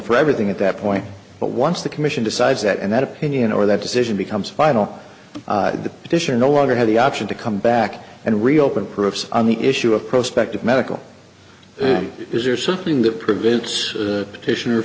for everything at that point but once the commission decides that and that opinion or that decision becomes final the petitioner no longer have the option to come back and reopen perhaps on the issue of prospect of medical is there something that prevents the titian or